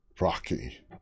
Rocky